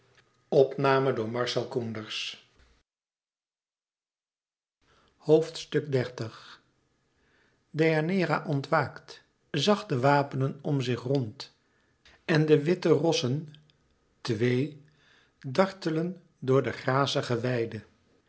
xxx deianeira ontwaakt zag de wapenen om zich rond en de witte rossen twee dartelen door de grazige weide